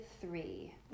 three